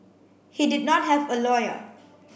he did not have a lawyer